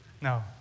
No